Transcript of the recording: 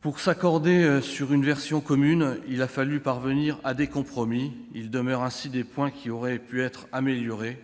Pour s'accorder sur une version commune, il a fallu parvenir à des compromis. Il demeure ainsi des points qui auraient pu être améliorés.